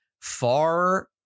far